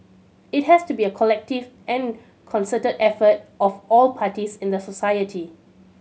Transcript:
it has to be a collective and concerted effort of all parties in the society